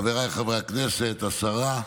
חבריי חברי הכנסת, השרה,